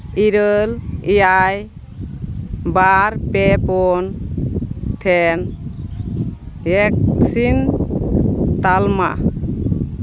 ᱤᱨᱟᱹᱞ ᱮᱭᱟᱭ ᱵᱟᱨ ᱯᱮ ᱯᱩᱱ ᱴᱷᱮᱱ ᱵᱷᱮᱠᱥᱤᱱ ᱛᱟᱞᱢᱟ